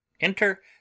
enter